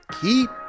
keep